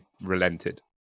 relented